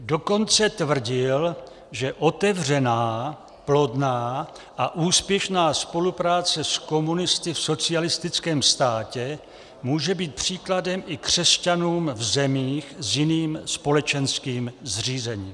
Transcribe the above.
Dokonce tvrdil, že otevřená, plodná a úspěšná spolupráce s komunisty v socialistickém státě může být příkladem i křesťanům v zemích s jiným společenským zřízením.